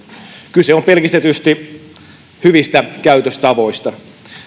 kyse on pelkistetysti hyvistä käytöstavoista